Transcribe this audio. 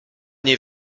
nie